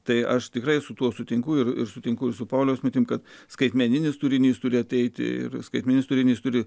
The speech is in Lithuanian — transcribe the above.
tai aš tikrai su tuo sutinku ir sutinku su pauliaus mintim kad skaitmeninis turinys turi ateiti ir skaitmenis turinys turi